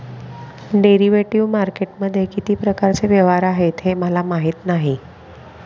derivative मार्केटमध्ये किती प्रकारचे व्यवहार आहेत हे मला माहीत नाही